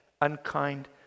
unkind